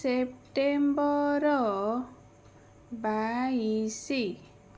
September ବାଇଶି